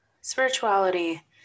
spirituality